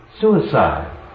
suicide